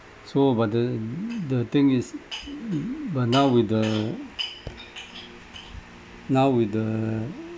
so but the the thing is but now with the now with the